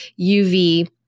UV